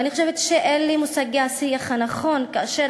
ואני חושבת שאלה מושגי השיח הנכון כאשר